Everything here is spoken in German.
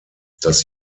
dass